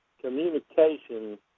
communication